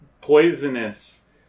poisonous